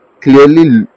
clearly